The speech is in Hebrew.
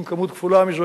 עם כמות כפולה מזו,